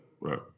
Right